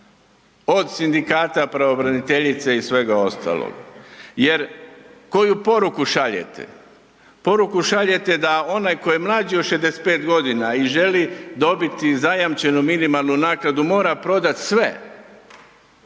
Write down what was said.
od sindikata pravobranitelje i svega ostalog. Jer koju poruku šaljete? Poruku šaljete da onaj ko je mlađi od 65 godina i želi dobiti zajamčenu minimalnu naknadu mora prodati sve,